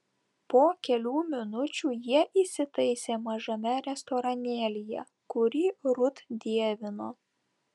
po kelių minučių jie įsitaisė mažame restoranėlyje kurį rut dievino